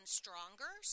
stronger